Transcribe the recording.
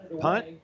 punt